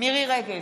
מירי מרים רגב,